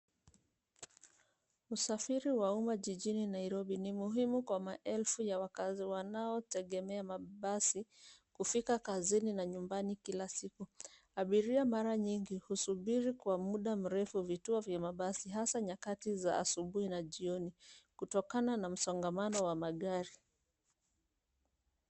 Usafiri wa umma jijini Nairobi ni muhimu kwa wakazi wanaotegemea mabasi kufika kazini na nyumbani kila siku. Abiria mara nyingi husubiri kwa muda mrefu vituo vya mabasi hasa nyakati za asubuhi na jioni kutokana na msongamano wa magari.